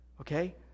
Okay